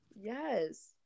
Yes